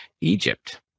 Egypt